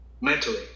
mentally